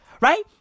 right